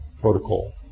protocol